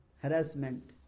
Harassment